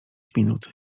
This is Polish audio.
minut